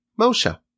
Moshe